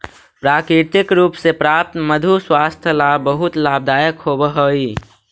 प्राकृतिक रूप से प्राप्त मधु स्वास्थ्य ला बहुत लाभदायक होवअ हई